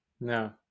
no